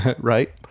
right